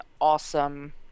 awesome